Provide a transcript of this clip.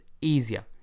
easier